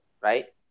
right